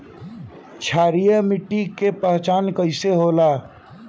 क्षारीय मिट्टी के पहचान कईसे होला?